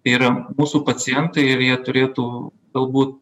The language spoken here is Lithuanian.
yra mūsų pacientai ir jie turėtų galbūt